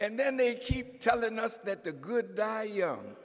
and then they keep telling us that the good die